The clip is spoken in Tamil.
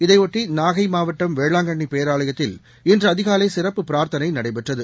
இதையொட்டி நாகை மாவட்டம் வேளாங்கண்ணி பேராலயத்தில் இன்று அதிகாலை சிறப்பு பிரார்த்தனை நடைபெற்றது